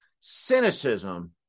Cynicism